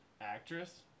actress